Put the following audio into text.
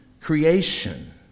creation